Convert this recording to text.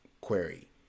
query